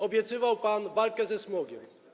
Obiecywał pan walkę ze smogiem.